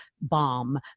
Bomb